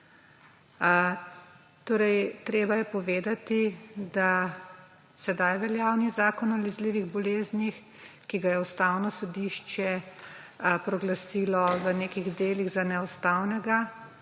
mreža. Treba je povedati, da sedaj veljavni zakon o nalezljivih boleznih, ki ga je Ustavno sodišče proglasilo v nekih delih za neustavnega,